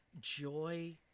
joy